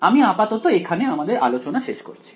আমি আপাতত এখানে আমাদের আলোচনা শেষ করছি